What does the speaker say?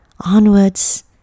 onwards